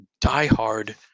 diehard